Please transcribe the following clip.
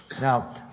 Now